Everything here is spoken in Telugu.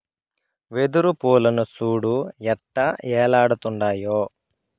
వెదురు పూలను సూడు ఎట్టా ఏలాడుతుండాయో